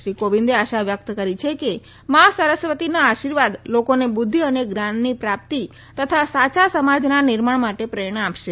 શ્રી કોવિંદે આશા વ્યકત કરી છે કે મા સરસ્વતી ના આશીર્વાદ લોકોને બુધ્ધિ અને જ્ઞાનની પ્રાપ્તિ તથા સાચા સમાજના નિર્માણ માટે પ્રેરણા આપશે